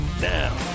Now